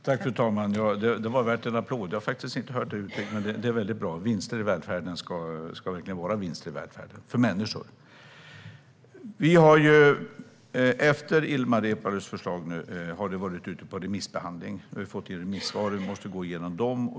Fru talman! Det var värt en applåd! Jag har faktiskt inte hört det uttrycket, men det är väldigt bra. Vinster i välfärden ska verkligen vara vinster i välfärden, för människor. Ilmar Reepalus förslag har varit ute på remissbehandling. Nu har vi fått in remissvaren och måste gå igenom dem.